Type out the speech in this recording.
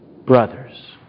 Brothers